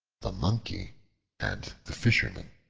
the monkey and the fishermen